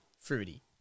Fruity